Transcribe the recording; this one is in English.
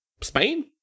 Spain